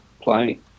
playing